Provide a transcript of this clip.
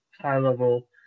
high-level